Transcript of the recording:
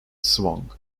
swung